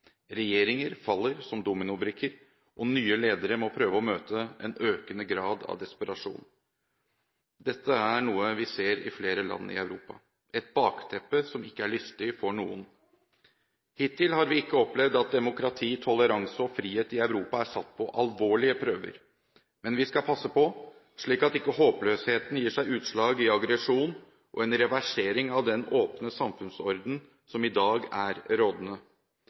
Regjeringer faller som dominobrikker, og nye ledere må prøve å møte en økende grad av desperasjon. Dette er noe vi ser i flere land i Europa, et bakteppe som ikke er lystig for noen. Hittil har vi ikke opplevd at demokrati, toleranse og frihet i Europa er satt på alvorlige prøver, men vi skal passe på, slik at ikke håpløsheten gir seg utslag i aggresjon og en reversering av den åpne samfunnsordenen som i dag er rådende.